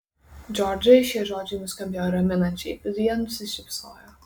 džordžai šie žodžiai nuskambėjo raminančiai viduje nusišypsojo